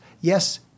Yes